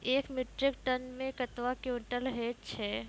एक metric ton मे कतवा क्वींटल हैत छै?